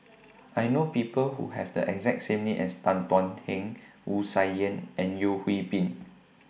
I know People Who Have The exact same name as Tan Thuan Heng Wu Tsai Yen and Yeo Hwee Bin